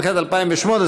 התשע"ח 2018,